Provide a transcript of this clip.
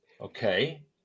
okay